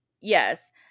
Yes